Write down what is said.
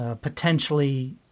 potentially